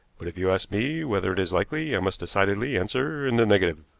but if you ask me whether it is likely i must decidedly answer in the negative.